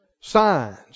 signs